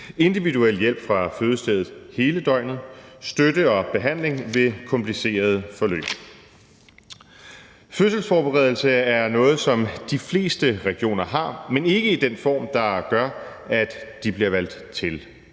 individuel hjælp fra fødestedet hele døgnet samt støtte og behandling ved komplicerede forløb. Fødselsforberedelse er noget, som de fleste regioner har, men ikke i den form, der gør, at de bliver valgt til.